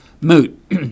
moot